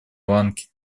ланки